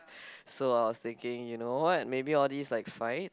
so I was thinking you know what maybe all these like fights